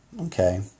Okay